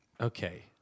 Okay